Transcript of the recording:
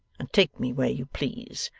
and take me where you please.